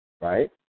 right